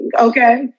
Okay